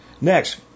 Next